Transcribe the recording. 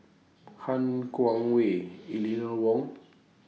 Han Guangwei Eleanor Wong